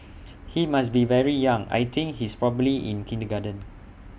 he must be very young I think he's probably in kindergarten